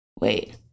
wait